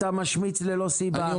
אתה משמץ ללא סיבה.